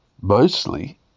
mostly